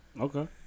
Okay